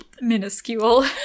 minuscule